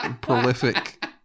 prolific